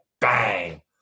bang